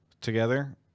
together